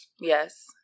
Yes